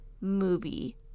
movie